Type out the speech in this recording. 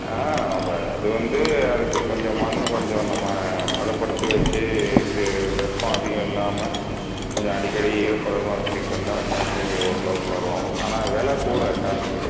ஆ அது வந்து அதுக்கு கொஞ்சம் மண்ணு கொஞ்சம் நம்ம பதப்படுத்தி வச்சு வெப்பம் அதிகம் இல்லாமல் கொஞ்சம் அடிக்கடி ஈரப்பதமாக வச்சிட்ருந்தா காஷ்மீரு ஓரளவுக்கு வரும் ஆனால் வில கூட காஷ்மீரு